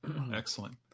Excellent